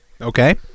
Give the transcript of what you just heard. Okay